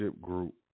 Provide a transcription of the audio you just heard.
group